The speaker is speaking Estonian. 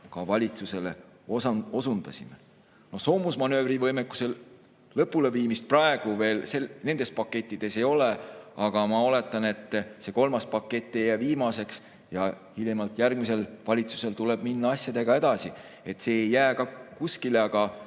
ka valitsusele osundasime. Soomusmanöövrivõime lõpuleviimist praegu veel nendes pakettides ei ole, aga ma oletan, et see kolmas pakett ei jää viimaseks ja hiljemalt järgmisel valitsusel tuleb minna asjadega edasi, nii et see ei jää kuskile